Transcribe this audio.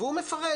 והוא מפרט,